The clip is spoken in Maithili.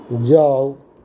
जाउ